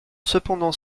cependant